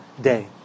day